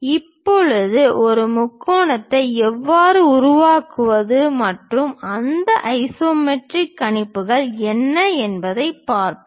இப்போது ஒரு முக்கோணத்தை எவ்வாறு உருவாக்குவது மற்றும் அந்த ஐசோமெட்ரிக் கணிப்புகள் என்ன என்பதைப் பார்ப்போம்